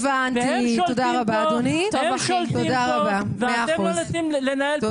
והם שולטים פה ואתם לא נותנים לנהל --- הבנתי,